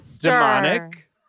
Demonic